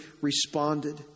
responded